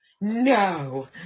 no